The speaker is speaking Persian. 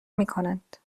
میکنند